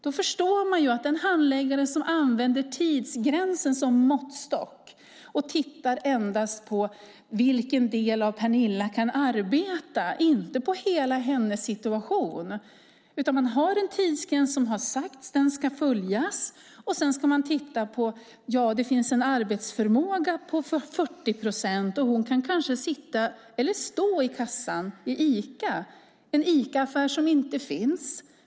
Man förstår att den handläggaren använder tidsgränsen som måttstock och endast tittar på vilken del av Pernilla som kan arbeta, inte på hela hennes situation. Man har en tidsgräns som det har sagts ska följas, och sedan tittar man att ja, det finns en arbetsförmåga på 40 procent. Hon kan kanske sitta, eller stå, i kassan på Ica, en Ica som inte finns.